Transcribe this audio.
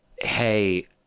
hey